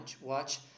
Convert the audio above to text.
watch